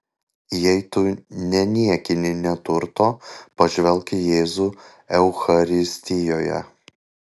jei tu neniekini neturto pažvelk į jėzų eucharistijoje